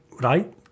right